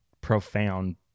profound